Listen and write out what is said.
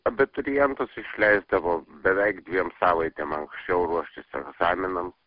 abiturientus išleisdavo beveik dviem savaitėm anksčiau ruoštis egzaminam